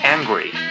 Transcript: Angry